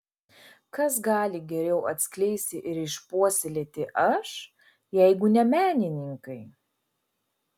kas gali geriau atskleisti ir išpuoselėti aš jeigu ne menininkai